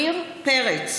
עמיר פרץ,